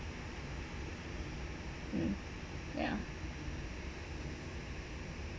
mm ya